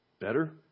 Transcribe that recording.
better